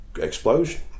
explosion